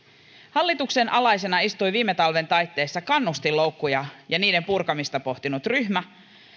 hallituksen alaisena istui viime talven taitteessa kannustinloukkuja ja niiden purkamista pohtinut ryhmä